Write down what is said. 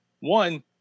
One